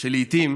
שלעיתים